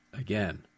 Again